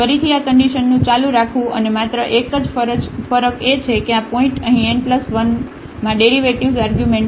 ફરીથી આ કન્ડિશનનું ચાલુ રાખવું અને માત્ર એક જ ફરક એ છે કે આ પોઇન્ટ અહીં n 1 મી ડેરિવેટિવ્ઝ આર્ગ્યુમેન્ટ